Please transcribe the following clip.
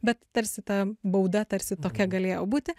bet tarsi ta bauda tarsi tokia galėjo būti